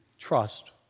Trust